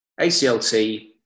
ACLT